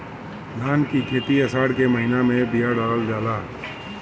धान की खेती आसार के महीना में बिया डालल जाला?